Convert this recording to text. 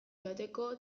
joateko